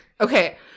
Okay